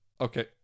Okay